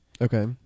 Okay